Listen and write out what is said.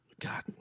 God